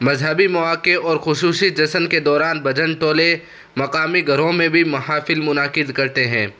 مذہبی مواقع اور خصوشی جسن کے دوران بھجن ٹولے مقامی گھروں میں بھی محافل منعقد کرتے ہیں